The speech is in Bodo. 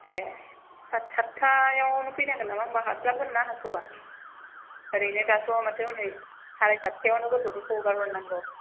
ए साथ साथथायावनो फैनांगोन नामा होनबा हास्लाबगोन ना हास्लाबा ओरैनो दाथ' माथो हनै साराय साथथायावनो गथ'फोरखौ हगार हरनांगौ